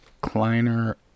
Kleiner